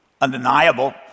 undeniable